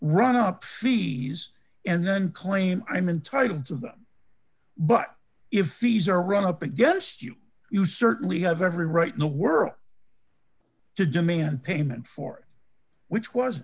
run up fees and then claim i'm entitled to them but if these are run up against you you certainly have every right in the world to demand payment for which was